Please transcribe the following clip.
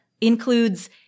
includes